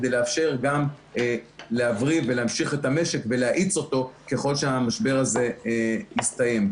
כדי גם להבריא ולהמשיך את המשק ולהאיץ אותו ככל שהמשבר הזה יסתיים.